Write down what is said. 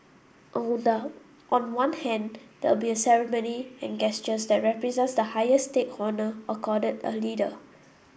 on the on one hand there will be a ceremony and gestures that represents the highest state honour accorded a leader